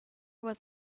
was